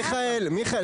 אני רואה, אני רואה.